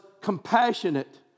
compassionate